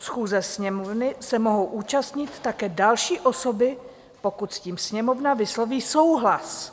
Schůze Sněmovny se mohou účastnit také další osoby, pokud s tím Sněmovna vysloví souhlas.